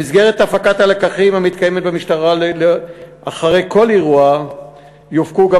במסגרת הפקת הלקחים המתקיימת במשטרה אחרי כל אירוע יופקו גם